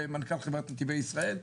מנכ"ל חברת נתיבי ישראל,